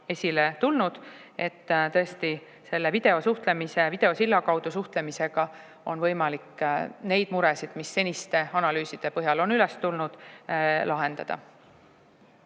esile tulnud. Tõesti, selle videosuhtlemisega, videosilla kaudu suhtlemisega on võimalik neid muresid, mis seniste analüüside põhjal on üles tulnud, lahendada.